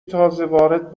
تازهوارد